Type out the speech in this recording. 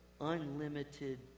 unlimited